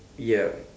yup